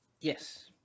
yes